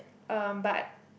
um but